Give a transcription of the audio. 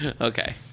Okay